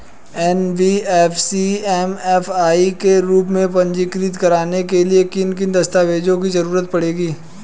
NBFC MFI के रूप में पंजीकृत कराने के लिए किन किन दस्तावेजों की जरूरत पड़ेगी?